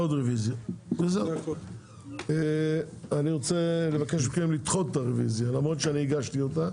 אני מבקש מכם לדחות את הרביזיה למרות שאני הגשתי אותה.